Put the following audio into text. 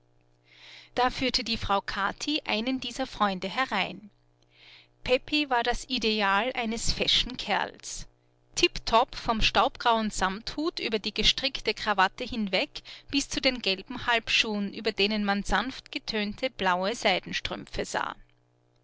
da führte die frau kathi einen dieser freunde herein pepi war das ideal eines feschen kerls tiptop vom staubgrauen samthut über die gestrickte krawatte hinweg bis zu den gelben halbschuhen über denen man sanft getönte blaue seidenstrümpfe sah